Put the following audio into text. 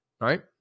right